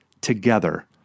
together